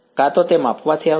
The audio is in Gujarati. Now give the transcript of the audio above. કાં તો તે માપવાથી આવશે